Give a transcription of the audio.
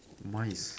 mine is